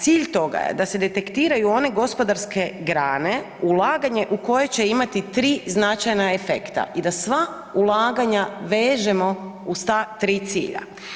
Cilj toga je da se detektiraju one gospodarske grane ulaganje u koje će imati 3 značajna efekta i da sva ulaganja vežemo uz ta 3 cilja.